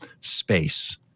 space